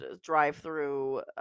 drive-through